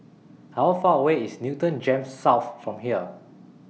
How Far away IS Newton Gems South from here